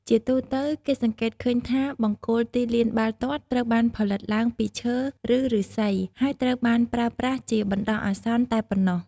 ជាទូទៅ គេសង្កេតឃើញថា បង្គោលទីលានបាល់ទាត់ត្រូវបានផលិតឡើងពីឈើ ឬឫស្សី ហើយត្រូវបានប្រើប្រាស់ជាបណ្ដោះអាសន្នតែប៉ុណ្ណោះ។